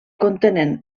contenen